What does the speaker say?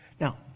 Now